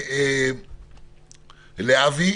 לאבי.